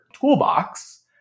toolbox